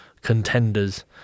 contenders